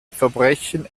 verbrechen